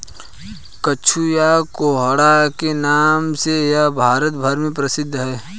कद्दू या कोहड़ा के नाम से यह भारत भर में प्रसिद्ध है